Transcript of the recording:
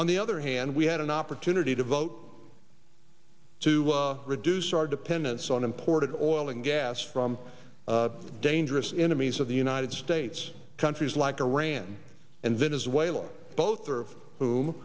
on the other hand we had an opportunity to vote to reduce our dependence on imported oil and gas from dangerous enemies of the united states countries like iran and venezuela both of whom